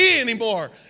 anymore